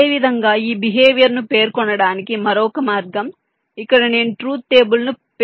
అదేవిధంగా ఇది బిహేవియర్ ను పేర్కొనడానికి మరొక మార్గం ఇక్కడ నేను ట్రూత్ టేబుల్ ను పేర్కొనగలను